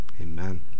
amen